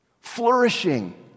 Flourishing